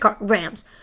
Rams